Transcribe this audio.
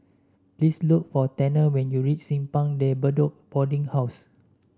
please look for Tanner when you reach Simpang De Bedok Boarding House